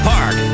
Park